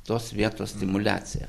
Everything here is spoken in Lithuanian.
tos vietos stimuliaciją